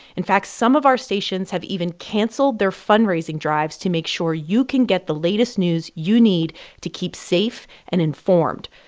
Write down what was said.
in fact, some of our stations have even canceled their fundraising drives to make sure you can get the latest news you need to keep safe and informed.